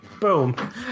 Boom